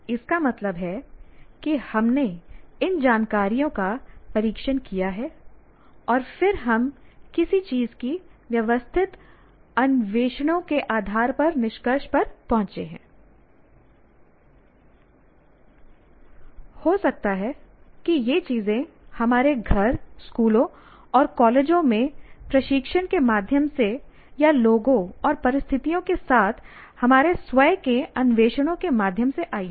इसका मतलब है कि हमने इन जानकारियों का परीक्षण किया है और फिर हम किसी चीज की व्यवस्थित अन्वेषणों के आधार पर निष्कर्ष पर पहुंचे हैंI हो सकता है कि ये चीजें हमारे घर स्कूलों और कॉलेजों में प्रशिक्षण के माध्यम से या लोगों और परिस्थितियों के साथ हमारे स्वयं के अन्वेषणों के माध्यम से आई हों